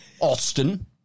Austin